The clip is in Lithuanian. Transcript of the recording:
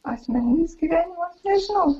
asmeninis gyvenimas nežinau